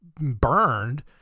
burned